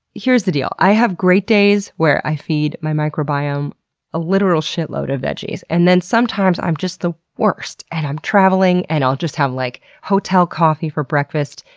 here's the deal. i have great days where i feed my microbiome a literal shitload of veggies. and then sometimes i'm just the worst, and i'm traveling, and i'll just have like hotel coffee for breakfast,